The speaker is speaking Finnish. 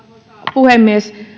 puhemies